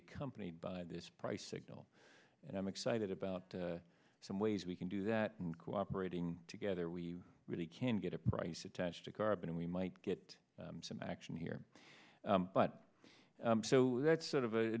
accompanied by this price signal and i'm excited about some ways we can do that and cooperating together we really can get a price attached to carbon and we might get some action here but so that's sort of a